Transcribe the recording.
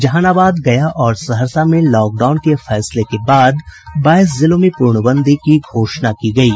जहानाबाद गया और सहरसा में लॉकडाउन के फैसले के बाद बाईस जिलों में पूर्णबंदी की घोषणा की गयी